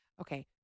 Okay